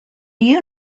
you